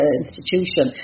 institution